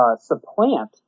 supplant